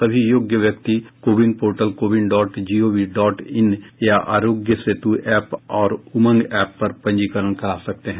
सभी योग्य व्यक्ति CoWIN portal CoWIN dot G O V dot in या आरोग्य सेतु एप और उमंग ऐप पर पंजीकरण करा सकते हैं